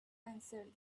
answered